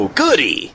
goody